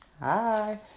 Hi